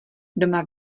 doma